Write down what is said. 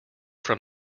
from